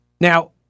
Now